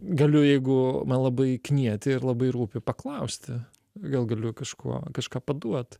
galiu jeigu man labai knieti ir labai rūpi paklausti gal galiu kažkuo kažką paduot